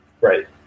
right